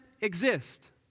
exist